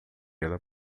ela